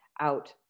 out